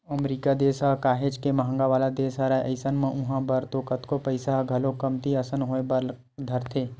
अमरीका देस ह काहेच के महंगा वाला देस हरय अइसन म उहाँ बर तो कतको पइसा ह घलोक कमती असन होय बर धरथे